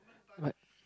what